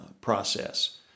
process